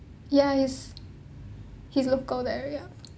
ya he's he's local at the area